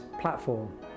platform